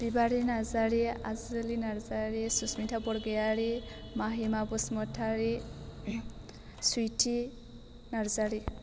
Bibari Narzary Ajuli Narzary Susmita Borgoyary Mahima Basumatary Sweety Narzary